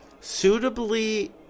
suitably